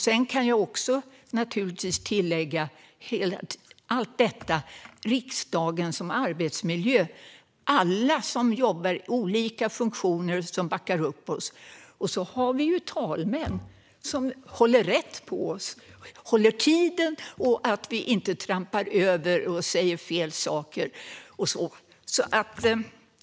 Jag kan nämna att detta gäller hela riksdagen som arbetsmiljö och alla som jobbar i olika funktioner som backar upp oss. Så har vi talmän som håller reda på oss, så att vi håller tiden och inte trampar över och säger fel saker.